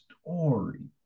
story